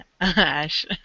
Ash